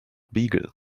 beagle